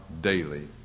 daily